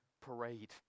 parade